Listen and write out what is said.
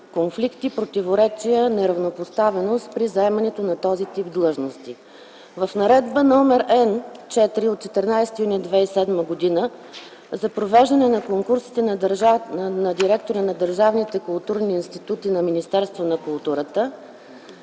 конфликти, противоречия и неравнопоставеност при заемането на този тип длъжности. В Наредба № Н-4 от 14 юни 2007 г. за провеждане на конкурсите за директори на държавните културни институти на Министерството на културата